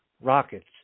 rockets